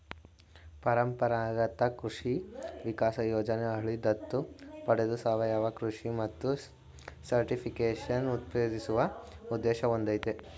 ಪರಂಪರಾಗತ ಕೃಷಿ ವಿಕಾಸ ಯೋಜನೆ ಹಳ್ಳಿ ದತ್ತು ಪಡೆದು ಸಾವಯವ ಕೃಷಿ ಮತ್ತು ಸರ್ಟಿಫಿಕೇಷನ್ ಉತ್ತೇಜಿಸುವ ಉದ್ದೇಶ ಹೊಂದಯ್ತೆ